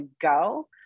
go